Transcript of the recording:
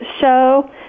show